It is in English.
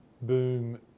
boom